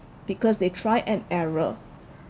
because they try and error